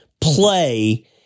play